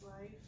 life